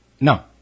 No